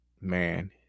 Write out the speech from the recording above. man